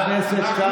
חבר הכנסת קרעי,